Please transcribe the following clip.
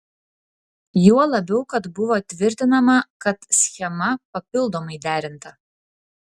juo labiau kad buvo tvirtinama kad schema papildomai derinta